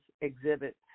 exhibit